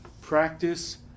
practice